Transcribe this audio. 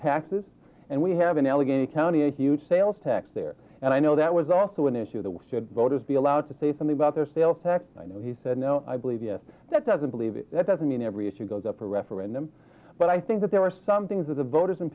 taxes and we have in allegheny county a huge sales tax there and i know that was also an issue that should voters be allowed to say something about their sales tax no he said no i believe yes that doesn't believe it doesn't mean every issue goes up for referendum but i think that there are some things that the voters in